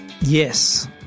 Yes